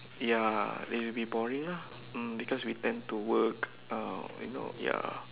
ya it will be boring lah mm because we tend to work uh you know ya